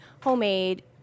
homemade